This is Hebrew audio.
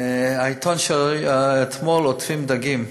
עם העיתון של אתמול עוטפים דגים.